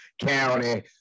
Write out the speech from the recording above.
County